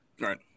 Right